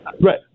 Right